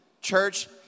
church